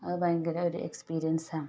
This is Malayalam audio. അത് ഭയങ്കര ഒരു എക്സ്പീരിയൻസാണ്